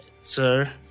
Sir